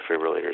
defibrillators